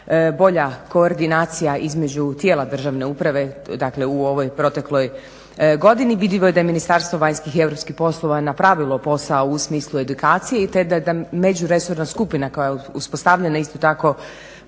bolja koordinacija između tijela državne uprave, dakle u ovoj protekloj godini. Vidljivo je da je Ministarstvo vanjskih i europskih poslova je napravilo posao u smislu edukacije i te da međuresorna skupina koja je uspostavljena isto tako